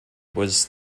was